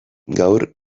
gaur